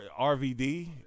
RVD